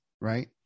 right